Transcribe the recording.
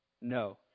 No